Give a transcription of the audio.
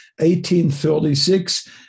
1836